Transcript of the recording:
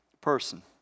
person